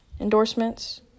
endorsements